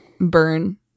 burn